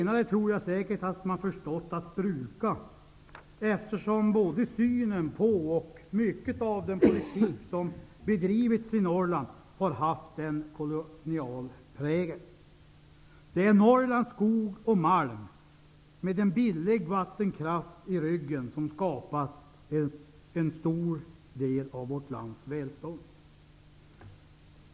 Jag tror säkert att man har förstått att bruka det, eftersom synen på Norrland har haft en kolonial prägel. Det gäller också den politik som har bedrivits i Norrland. Det är Norrlands skog och malm som med en billig vattenkraft i ryggen skapat en stor del av vårt lands välstånd.